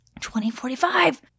2045